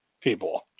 people